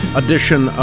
edition